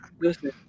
listen